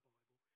Bible